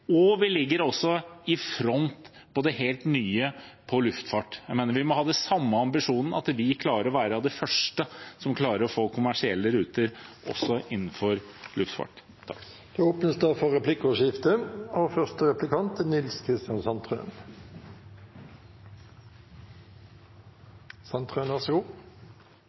og vi ligger i front på det helt nye på luftfart. Jeg mener vi må ha de samme ambisjonene: at vi er av de første som klarer å få kommersielle grønne ruter også innenfor luftfart.